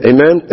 Amen